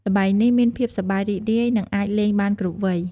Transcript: ល្បែងនេះមានភាពសប្បាយរីករាយ និងអាចលេងបានគ្រប់វ័យ។